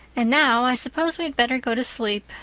and now i suppose we'd better go to sleep,